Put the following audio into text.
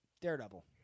Daredevil